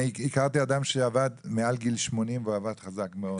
אני הכרתי אדם שעבד מעל גיל 80 והוא עבד חזק מאוד.